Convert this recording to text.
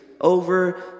over